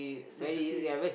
sensitive